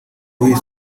w’iyi